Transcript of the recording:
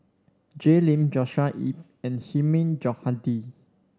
Jay Lim Joshua Ip and Hilmi Johandi